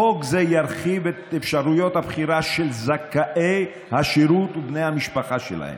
חוק זה ירחיב את אפשרויות הבחירה של זכאי השירות ובני המשפחה שלהם.